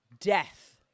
death